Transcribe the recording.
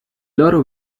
loro